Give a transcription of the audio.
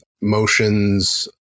motions